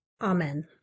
Amen